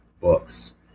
books